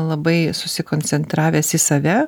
labai susikoncentravęs į save